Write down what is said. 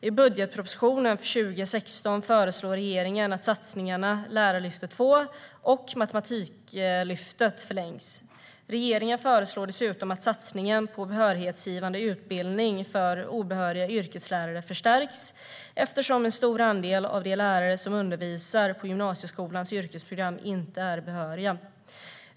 I budgetpropositionen för 2016 föreslår regeringen att satsningarna Lärarlyftet II och Matematiklyftet förlängs. Regeringen föreslår dessutom att satsningen på behörighetsgivande utbildning för obehöriga yrkeslärare förstärks, eftersom en stor andel av de lärare som undervisar på gymnasieskolans yrkesprogram inte är behöriga.